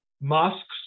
mosques